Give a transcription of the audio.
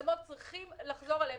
התלבטנו מאוד בשאלה הזאת,